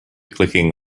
clicking